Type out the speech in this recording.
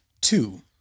two